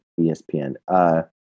ESPN